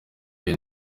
iyi